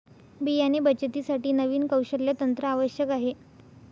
बियाणे बचतीसाठी नवीन कौशल्य तंत्र आवश्यक आहे